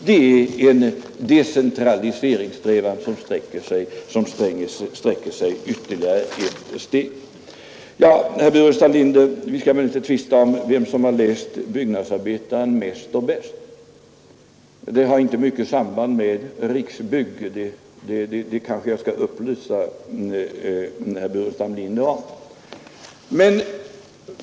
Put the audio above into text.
Det är en decentraliseringssträvan som sträcker sig ytterligare ett steg. Herr Burenstam Linder och jag skall väl inte tvista om vem som har läst Byggnadsarbetaren mest och bäst. Det har inte mycket samband med Riksbyggen — det kan jag upplysa herr Burenstam Linder om.